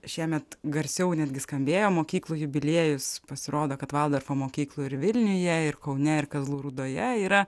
šiemet garsiau netgi skambėjo mokyklų jubiliejus pasirodo kad valdorfo mokyklų ir vilniuje ir kaune ir kazlų rūdoje yra